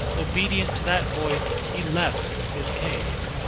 obedient to that voice he left his cave